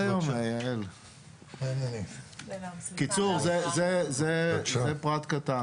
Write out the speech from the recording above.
זה פרט קטן.